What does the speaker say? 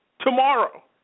tomorrow